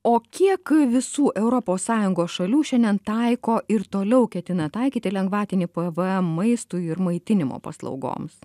o kiek visų europos sąjungos šalių šiandien taiko ir toliau ketina taikyti lengvatinį pvm maistui ir maitinimo paslaugoms